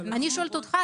אני שואלת אותך.